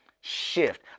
shift